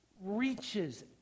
reaches